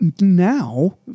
now